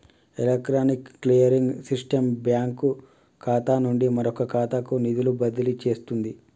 electronic clearing system bank ఖాతా నుండి మరొక ఖాతాకు నిధులు బదిలీ చేస్తుంది